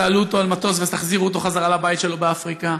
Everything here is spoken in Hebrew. תעלו אותו על מטוס ותחזירו אותו בחזרה לבית שלו באפריקה.